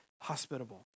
hospitable